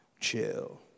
Chill